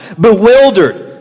bewildered